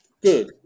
Good